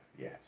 yes